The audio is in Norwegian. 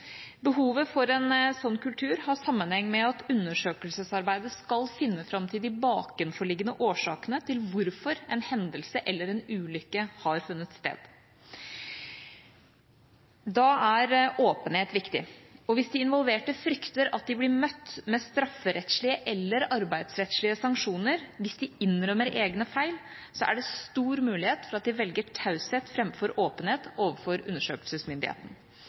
Behovet for en sånn kultur har sammenheng med at man i undersøkelsesarbeidet skal finne fram til de bakenforliggende årsakene til at en hendelse eller en ulykke har funnet sted. Da er åpenhet viktig, og hvis de involverte frykter at de blir møtt med strafferettslige eller arbeidsrettslige sanksjoner hvis de innrømmer egne feil, er det stor mulighet for at de velger taushet framfor åpenhet overfor undersøkelsesmyndigheten.